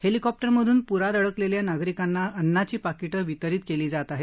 हेलिकॉप्टरमधून पूरात अडकलेल्या नागरिकांना अन्नाची पाकिटं वितरीत केली जात आहेत